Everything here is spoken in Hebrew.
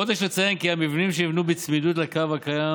עוד יש לציין כי המבנים שנבנו בצמידות לקו הקיים,